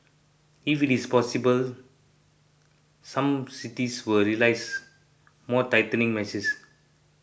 if it is possible some cities will release more tightening measures